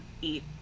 eat